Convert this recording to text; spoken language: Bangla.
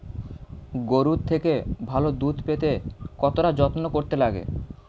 গরুর থেকে ভালো দুধ পেতে কতটা যত্ন করতে লাগে